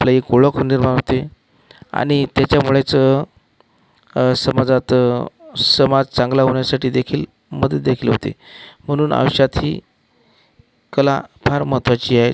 आपलं एक ओळख निर्माण होते आणि त्याच्यामुळेच समाजात समाज चांगला होण्यासाठी देखील मदत देखील होते म्हणून आयुष्यात ही कला फार महत्त्वाची आहे